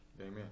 Amen